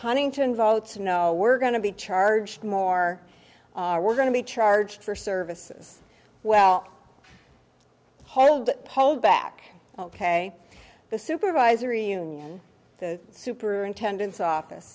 huntington votes no we're going to be charged more we're going to be charged for services well hold hold back ok the supervisory union the superintendent's office